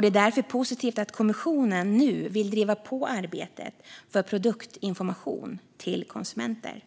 Det är därför positivt att kommissionen nu vill driva på arbetet för produktinformation till konsumenter.